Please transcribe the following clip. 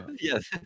Yes